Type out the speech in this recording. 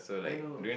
I know